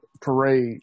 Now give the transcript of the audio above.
parade